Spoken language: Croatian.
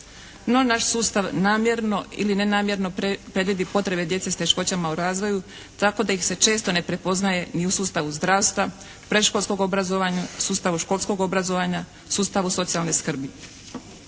No, naš sustav namjerno ili nenamjerno previdi potrebe djece s teškoćama u razvoju tako da ih se često ne prepoznaje ni u sustavu zdravstva, predškolskom obrazovanju, sustavu školskog obrazovanja, sustavu socijalne skrbi.